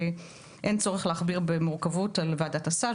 אין צורך להכביר במורכבות על ועדת הסל,